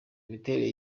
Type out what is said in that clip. imiterere